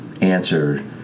answer